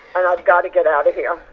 and i've got to get out of here.